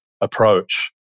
approach